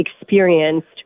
experienced